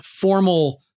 formal